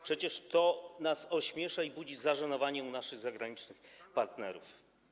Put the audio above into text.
Przecież to nas ośmiesza i budzi zażenowanie u naszych zagranicznych partnerów.